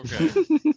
Okay